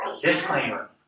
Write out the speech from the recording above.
Disclaimer